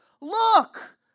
Look